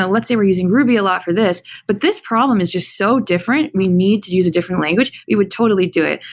but let's say we're using ruby a lot for this, but this problem is just so different, we need to use a different language, it would totally do it.